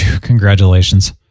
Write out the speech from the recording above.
congratulations